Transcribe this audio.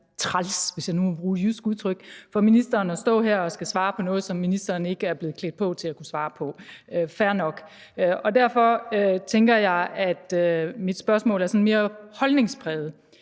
træls, hvis jeg nu må bruge et jysk udtryk, for ministeren at skulle stå her og svare på noget, som ministeren ikke er blevet klædt på til at kunne svare på – fair nok. Derfor tænker jeg, at mit spørgsmål skal være mere holdningspræget.